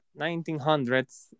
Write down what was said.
1900s